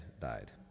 died